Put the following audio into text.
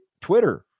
Twitter